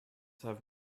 have